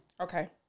Okay